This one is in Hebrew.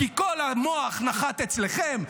כי כל המוח נחת אצלכם,